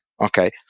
okay